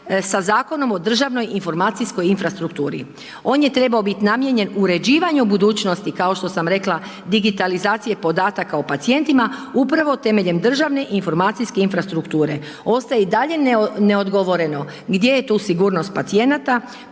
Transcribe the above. sa Zakonom o državnoj informacijskoj infrastrukturi. On je trebao biti namijenjen uređivanju budućnosti, kao što sam rekla, digitalizacije podataka o pacijentima upravo temeljem državne informacijske infrastrukture. Ostaje i dalje neodgovoreno, gdje je tu sigurnost pacijenata,